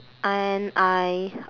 and I